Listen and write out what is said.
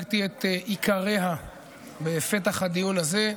הצגתי את עיקריה בפתח הדיון הזה,